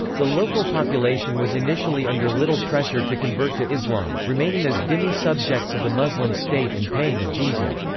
the local population was initially under little pressure to convert to islam, remaining as dhimmi subjects of the muslim state and paying a jizya.